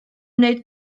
wneud